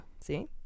see